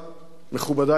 מכובדי כולם,